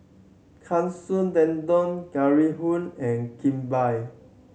Katsu Tendon Hoo and Kimbap